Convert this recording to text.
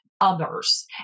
others